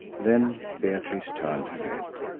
then beatrice turned her head.